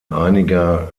einiger